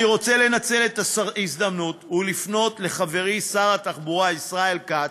אני רוצה לנצל את ההזדמנות ולפנות לחברי שר התחבורה ישראל כץ,